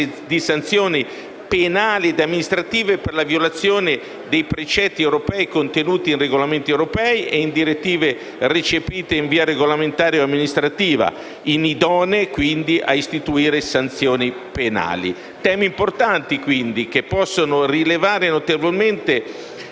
di sanzioni penali e amministrative per la violazione di precetti europei contenuti in regolamenti europei o in direttive recepite in via regolamentare o amministrativa, inidonee quindi a istituire sanzioni penali. Si tratta quindi di temi importanti, che possono rilevare notevolmente